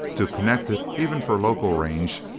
to connect it, even for local range,